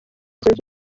zunze